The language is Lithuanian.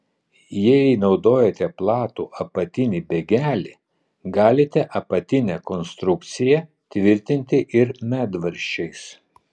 jei naudojate platų apatinį bėgelį galite apatinę konstrukciją tvirtinti ir medvaržčiais